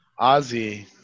Ozzy